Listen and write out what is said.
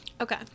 Okay